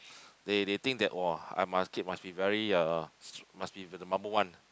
they they think that !wah! I must kid must be very uh must be to the number one